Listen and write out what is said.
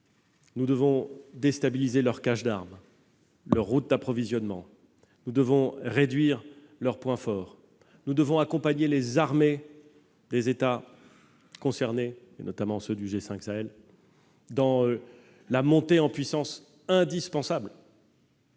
Nous devons déstabiliser leurs caches d'armes, leurs routes d'approvisionnement. Nous devons réduire leurs points forts. Nous devons accompagner les armées des États concernés, notamment ceux du G5 Sahel, dans leur montée en puissance, indispensable